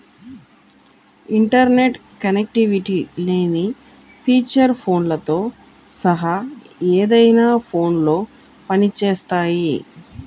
internet connectivity లేని feature ఫోన్లతో సహా ఏదైనా ఫోన్లో పని చేస్తాయి